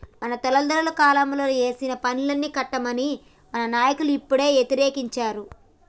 మన తెల్లదొరల కాలంలోనే ఏసిన పన్నుల్ని కట్టమని మన నాయకులు అప్పుడే యతిరేకించారు